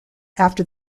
after